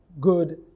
good